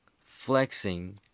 Flexing